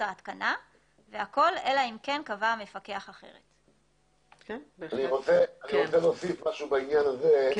ההתקנה והכל אלא אם כן קבע המפקח אחרת אני רוצה להוסיף משהו בעניין הזה: